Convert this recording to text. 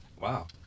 Wow